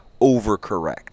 overcorrect